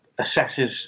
assesses